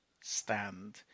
stand